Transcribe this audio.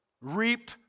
reap